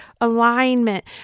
alignment